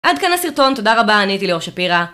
עד כאן הסרטון, תודה רבה, אני הייתי ליאור שפירא